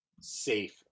safe